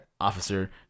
Officer